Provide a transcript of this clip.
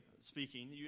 speaking